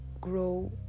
grow